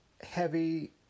heavy